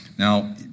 Now